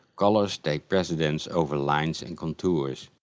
colors take precedence over lines and contours.